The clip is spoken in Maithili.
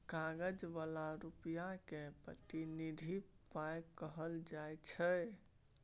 कागज बला रुपा केँ प्रतिनिधि पाइ कहल जाइ छै